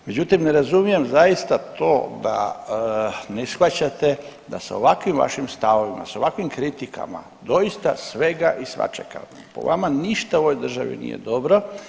Međutim, ne razumijem zaista to da ne shvaćate da sa ovakvim vašim stavovima, sa ovakvim kritikama doista svega i svačega po vama ništa u ovoj državi nije dobro.